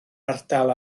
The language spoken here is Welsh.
ardal